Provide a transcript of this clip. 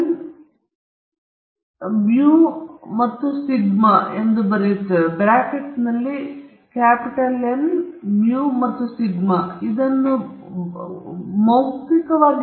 ಆದ್ದರಿಂದ ಇದು ಸರಾಸರಿ ಮೌಲ್ಯ ಎಂದು ಭಾವಿಸಿ ಆದ್ದರಿಂದ ನೀವು ಎರಡೂ ಕಡೆಗಳಲ್ಲಿ ಒಂದು ವಿಚಲನವನ್ನು ಹೊಂದಿದ್ದೀರಿ ಆದ್ದರಿಂದ x ಬಾರ್ ಪ್ಲಸ್ ಸಿಗ್ಮಾ ಮತ್ತು x ಬಾರ್ ಮೈನಸ್ ಸಿಗ್ಮಾ ಅಲ್ಲಿ X ಬಾರ್ ವಿತರಣೆಯ ಸರಾಸರಿಯಾಗಿದೆ